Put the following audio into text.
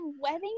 wedding